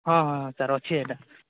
ହଁ ହଁ ସାର୍ ଅଛି ଏଟା